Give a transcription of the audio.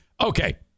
Okay